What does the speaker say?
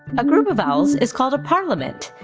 a group of owls is called a parliament.